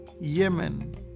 Yemen